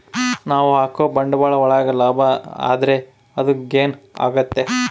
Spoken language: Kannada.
ನಾವ್ ಹಾಕೋ ಬಂಡವಾಳ ಒಳಗ ಲಾಭ ಆದ್ರೆ ಅದು ಗೇನ್ ಆಗುತ್ತೆ